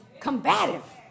combative